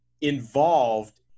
involved